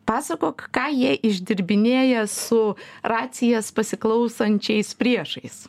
pasakok ką jie išdirbinėja su racijas pasiklausančiais priešais